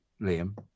Liam